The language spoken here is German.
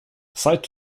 seid